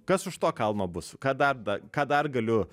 kas už to kalno bus ką dar da ką dar galiu